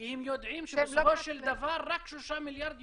כי הם יודעים שבסופו של דבר רק שלושה מיליארד ינוצלו.